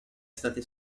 stati